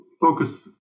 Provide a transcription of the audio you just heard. focus